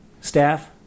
staff